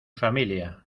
familia